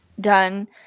done